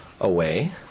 Away